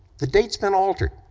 the date's been altered.